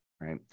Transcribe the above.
Right